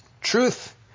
Truth